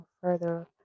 further